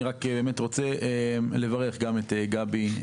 אני רק רוצה לברך את גבי,